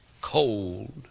cold